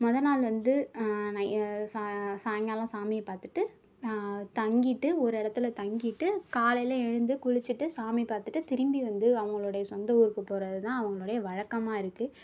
முதநாள் வந்து சாயங்காலம் சாமியை பார்த்துட்டு தங்கிவிட்டு ஒரு இடத்துல தங்கிவிட்டு காலையில் எழுந்து குளிச்சிவிட்டு சாமி பார்த்துட்டு திரும்பி வந்து அவங்களுடைய சொந்த ஊருக்கு போகிறதுதான் அவங்களுடைய வழக்கமாக இருக்கு